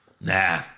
Nah